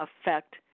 affect